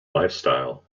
lifestyle